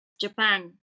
Japan